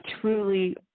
truly